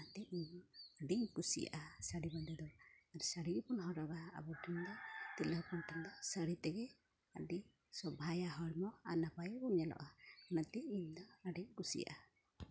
ᱚᱱᱟᱛᱮ ᱤᱧᱦᱚᱸ ᱟᱹᱰᱤ ᱠᱩᱥᱤᱭᱟᱜᱼᱟ ᱥᱟᱹᱲᱤ ᱵᱟᱸᱫᱮ ᱫᱚ ᱥᱟᱹᱲᱤ ᱜᱮᱵᱚᱱ ᱦᱚᱨᱚᱜᱟ ᱟᱵᱚ ᱴᱷᱮᱱ ᱫᱚ ᱛᱤᱨᱞᱟᱹ ᱦᱚᱯᱚᱱ ᱴᱷᱮᱱ ᱫᱚ ᱥᱟᱹᱲᱤ ᱛᱮᱜᱮ ᱟᱹᱰᱤ ᱥᱳᱵᱷᱟᱭᱟ ᱦᱚᱲᱢᱚ ᱟᱨ ᱱᱟᱯᱟᱭ ᱜᱮᱵᱚᱱ ᱧᱮᱞᱚᱜᱼᱟ ᱚᱱᱟᱛᱮ ᱤᱧᱫᱚ ᱟᱹᱰᱤᱧ ᱠᱩᱥᱤᱭᱟᱜᱼᱟ